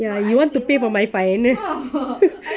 ya you want to pay for my fine